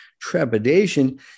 trepidation